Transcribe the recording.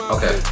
Okay